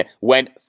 went